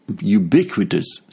ubiquitous